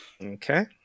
Okay